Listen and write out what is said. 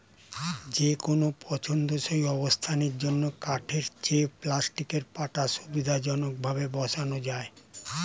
যেকোনো পছন্দসই অবস্থানের জন্য কাঠের চেয়ে প্লাস্টিকের পাটা সুবিধাজনকভাবে বসানো যায়